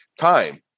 time